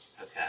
okay